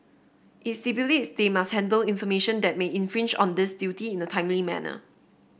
it stipulates they must handle information that may infringe on this duty in a timely manner